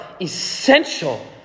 essential